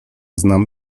znam